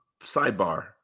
Sidebar